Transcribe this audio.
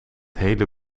hele